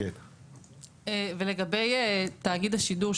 --- לגבי תאגיד השידור,